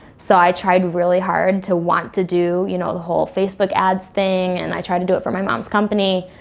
so i tried really hard to want to do you know the whole facebook ads thing, and i tried to do it for my mom's company.